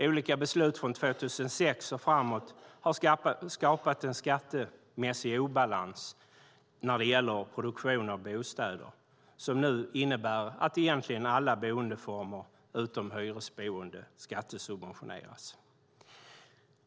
Olika beslut från 2006 och framåt har skapat en skattemässig obalans när det gäller produktion av bostäder som nu innebär att egentligen alla boendeformer utom hyresboende skattesubventioneras.